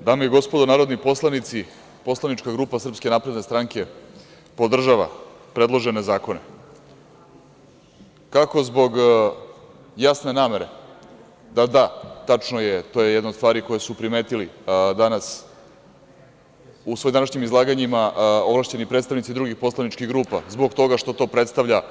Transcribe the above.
Dame i gospodo narodni poslanici, poslanička grupa SNS podržava predložene zakone, kako zbog jasne namere da da, tačno je, to je jedna od stvari koje su primetili danas u svojim današnjim izlaganjima ovlašćeni predstavnici drugih poslaničkih grupa, zbog toga što to predstavlja